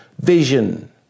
vision